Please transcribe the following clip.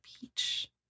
beach